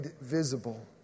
visible